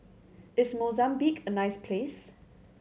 is Mozambique a nice place